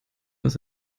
was